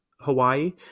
Hawaii